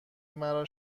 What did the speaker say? مرا